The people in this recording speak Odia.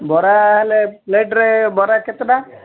ବରା ହେଲେ ପ୍ଲେଟ୍ରେ ବରା କେତେଟା